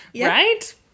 Right